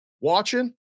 watching